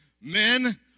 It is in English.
Men